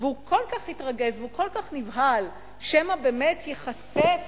הוא כל כך התרגז וכל כך נבהל שמא באמת ייחשף